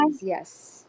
Yes